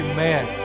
Amen